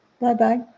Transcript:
Bye-bye